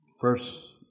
verse